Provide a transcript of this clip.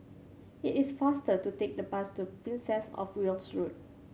it is faster to take the bus to Princess Of Wales Road